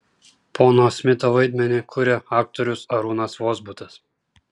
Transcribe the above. pono smito vaidmenį kuria aktorius arūnas vozbutas